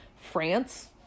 France